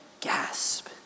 gasp